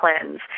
cleanse